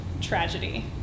tragedy